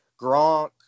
Gronk